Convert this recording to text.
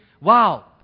wow